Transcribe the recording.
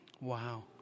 Wow